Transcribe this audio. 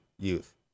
youth